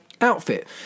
outfit